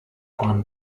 won